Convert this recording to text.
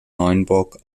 neuenburg